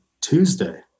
tuesday